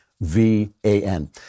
V-A-N